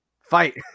Fight